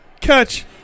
catch